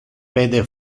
pede